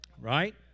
right